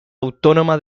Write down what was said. autónoma